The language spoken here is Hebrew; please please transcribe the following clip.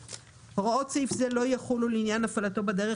(ג)הוראות סעיף זה לא יחולו לעניין הפעלתו בדרך